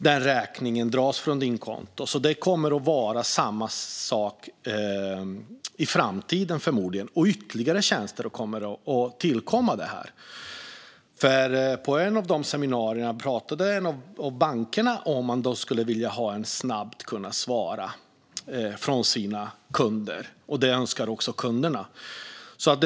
Det kommer förmodligen att vara på samma sätt i framtiden, och ytterligare tjänster kommer att tillkomma. På ett av dessa seminarier talade en av bankerna om att snabbt kunna svara - något som också kunderna önskade.